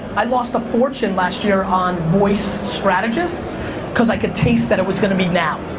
i lost a fortune last year on voice strategists cause i could taste that it was gonna be now,